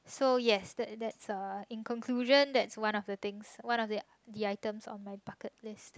so yes that's that's a in conclusion that's one of the things one of the item in my bucket list